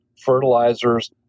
fertilizers